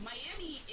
Miami